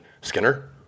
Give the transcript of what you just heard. Skinner